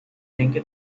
denke